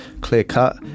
clear-cut